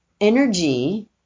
energy